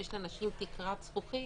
שיש לנשים תקרת זכוכית,